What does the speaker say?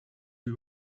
you